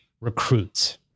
recruits